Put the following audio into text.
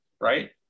right